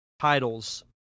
titles